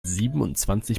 siebenundzwanzig